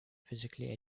physically